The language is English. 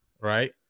right